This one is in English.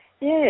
Yes